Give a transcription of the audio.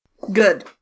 Good